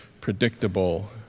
predictable